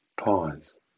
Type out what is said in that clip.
Pause